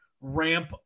ramp